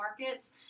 markets